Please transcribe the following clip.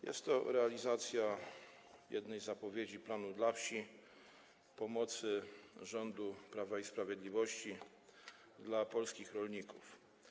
Jest to realizacja jednej z zapowiedzi planu dla wsi - pomocy rządu Prawa i Sprawiedliwości dla polskich rolników.